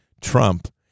Trump